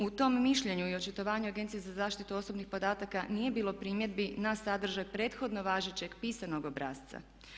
U tom mišljenju i očitovanju Agencije za zaštitu osobnih podataka nije bilo primjedbi na sadržaj prethodno važećeg pisanog obrasca.